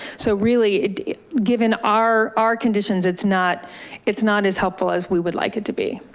so really given our our conditions, it's not it's not as helpful as we would like it to be.